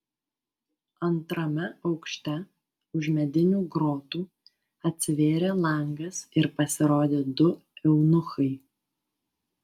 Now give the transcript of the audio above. antrame aukšte už medinių grotų atsivėrė langas ir pasirodė du eunuchai